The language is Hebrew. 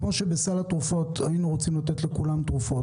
כמו שבסל התרופות היינו רוצים לתת לכולם תרופות,